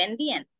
NBN